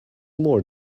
more